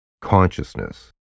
consciousness